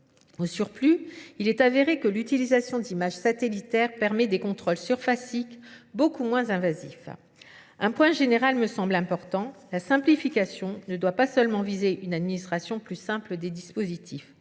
Au surplus, il est avéré que l'utilisation d'images satellitaires permet des contrôles surfaciques beaucoup moins invasifs. Un point général me semble important. La simplification ne doit pas seulement viser une administration plus simple des dispositifs.